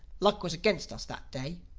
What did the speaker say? luck was against us that day.